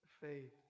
faith